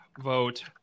vote